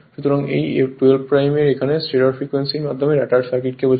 সুতরাং এই I2 এর এখানে স্টেটর ফ্রিকোয়েন্সির মাধ্যমে রটার সার্কিটকে বোঝায়